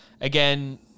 Again